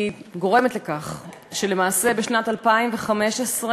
היא גורמת לכך שלמעשה בשנת 2015,